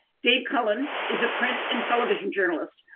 dave cullen is a print and television journalist,